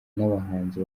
n’abahanzi